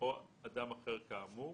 אדם אחר כאמור,